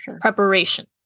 preparation